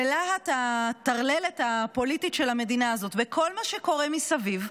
בלהט הטרללת הפוליטית של המדינה הזאת וכל מה שקורה מסביב,